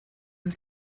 and